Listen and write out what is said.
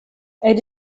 elle